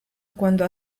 cuando